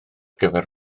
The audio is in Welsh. gyfer